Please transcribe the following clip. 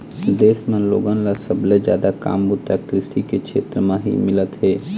देश म लोगन ल सबले जादा काम बूता कृषि के छेत्र म ही मिलत हे